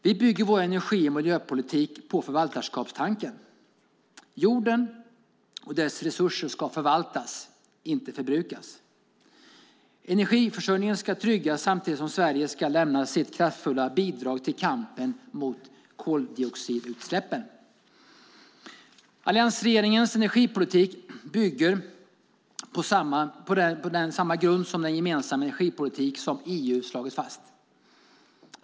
Vi bygger vår energi och miljöpolitik på förvaltarskapstanken. Jorden och dess resurser ska förvaltas, inte förbrukas. Energiförsörjningen ska tryggas, samtidigt som Sverige ska lämna sitt kraftfulla bidrag till kampen mot koldioxidutsläppen. Alliansregeringens energipolitik bygger på samma grund som den gemensamma energipolitik som EU slagit fast.